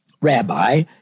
rabbi